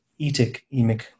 etic-emic